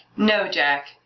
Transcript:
no jack.